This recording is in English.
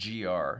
GR